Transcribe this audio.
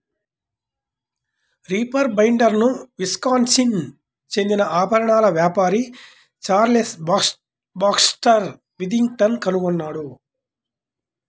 reaper బైండర్ను Wisconsin చెందిన ఆభరణాల వ్యాపారి చార్లెస్ బాక్స్టర్ విథింగ్టన్ కనుగొన్నారు